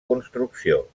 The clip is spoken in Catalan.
construcció